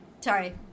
sorry